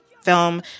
film